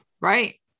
right